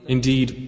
Indeed